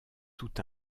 tout